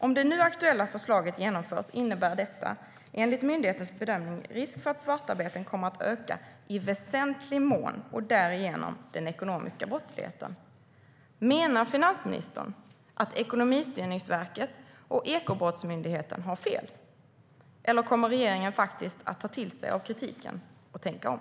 - Om det nu aktuella förslaget genomförs innebär detta enligt myndighetens bedömning risk för att svartarbetet kommer att öka i väsentlig mån och därigenom den ekonomiska brottsligheten." Menar finansministern att Ekonomistyrningsverket och Ekobrottsmyndigheten har fel, eller kommer regeringen att ta till sig av kritiken och tänka om?